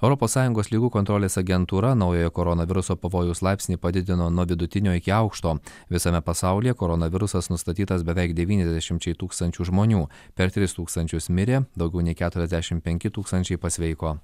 europos sąjungos ligų kontrolės agentūra naujojo koronaviruso pavojaus laipsnį padidino nuo vidutinio iki aukšto visame pasaulyje koronavirusas nustatytas beveik devyniasdešimčiai tūkstančių žmonių per tris tūkstančius mirė daugiau nei keturiasdešim penki tūkstančiai pasveiko